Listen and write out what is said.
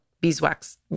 beeswax